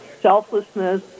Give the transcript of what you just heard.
selflessness